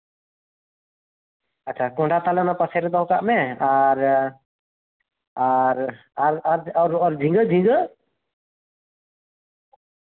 ᱟᱪᱪᱷᱟ ᱠᱚᱸᱰᱷᱟ ᱛᱟᱞᱦᱮ ᱚᱱᱟ ᱯᱟᱥᱮ ᱨᱮ ᱫᱚᱦᱚ ᱠᱟᱜ ᱢᱮ ᱟᱨ ᱟᱨᱼᱟᱨ ᱡᱷᱤᱸᱜᱟᱹᱼᱡᱷᱤᱸᱜᱟᱹ